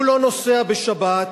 הוא לא נוסע בשבת,